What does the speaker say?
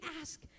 ask